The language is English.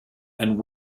and